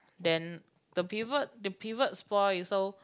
then the pivot the pivot spoil so